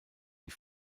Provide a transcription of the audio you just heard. die